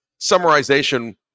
summarization